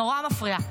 נורא מפריע,